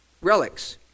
relics